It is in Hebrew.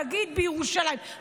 נגיד בירושלים,